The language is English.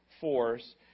force